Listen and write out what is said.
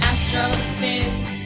Astrophys